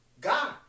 God